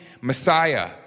Messiah